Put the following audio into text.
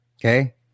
okay